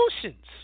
solutions